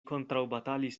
kontraŭbatalis